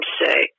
say